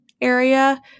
area